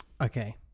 Okay